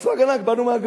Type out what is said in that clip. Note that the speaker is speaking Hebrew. צבא ההגנה, כי באנו מהגלות.